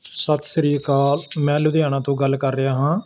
ਸਤਿ ਸ਼੍ਰੀ ਅਕਾਲ ਮੈਂ ਲੁਧਿਆਣਾ ਤੋਂ ਗੱਲ ਕਰ ਰਿਹਾ ਹਾਂ